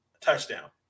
touchdown